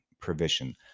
provision